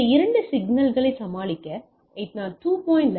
இந்த இரண்டு சிக்கல்களைச் சமாளிக்க 802